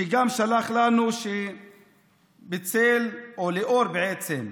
שגם שלח לנו, בצל, או לאור בעצם,